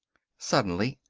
suddenly,